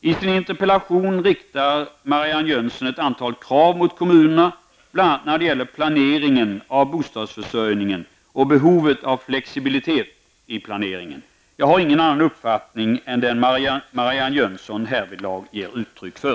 I sin interpellation riktar Marianne Jönsson ett antal krav mot kommunerna, bl.a. när det gäller planeringen av bostadsförsörjningen och behovet av flexibilitet i planeringen. Jag har ingen annan uppfattning än den Marianne Jönsson härvidlag ger uttryck för.